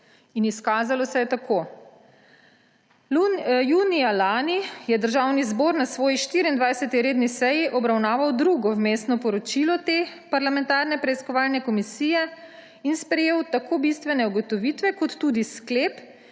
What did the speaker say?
In izkazalo se je tako. Junija lani je Državni zbor na svoji 24. redni seji obravnaval drugo vmesno poročilo te parlamentarne preiskovalne komisije in sprejel tako bistvene ugotovitve kot tudi sklep,